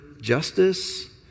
justice